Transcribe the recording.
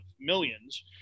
millions